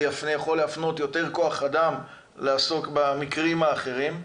זה יכול להפנות יותר כוח אדם לעסוק במקרים האחרים.